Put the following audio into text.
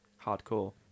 hardcore